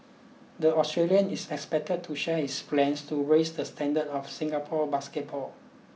the Australian is expected to share his plans to raise the standards of Singapore basketball